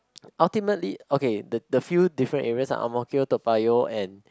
ultimately okay the the few different areas Ang-Mo-Kio Toa-Payoh and